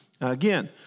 again